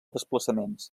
desplaçaments